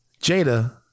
Jada